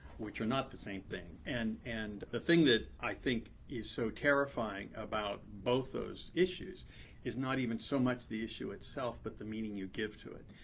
which are not the same thing. and and the thing that i think is so terrifying about both those issues is not even so much the issue itself, but the meaning you give to it.